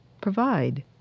provide